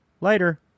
Later